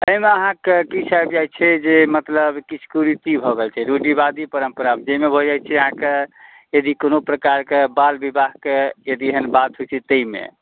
एहिमे अहाँके किछु आबि जाइ छै जे मतलब किछु कुरीति भऽ गेल रूढ़िवादी परम्परा जाहिमे भऽ जाइ छै अहाँके यदि कोनो प्रकार के बाल विवाह के यदि एहन बात होइ छै ताहिमे